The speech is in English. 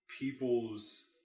people's